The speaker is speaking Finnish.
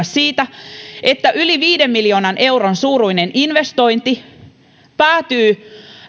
siitä että yli viiden miljoonan euron suuruinen investointi päätyy